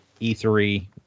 E3